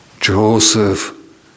Joseph